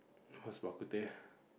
what's bak-kut-teh